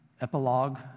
epilogue